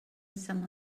some